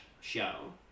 show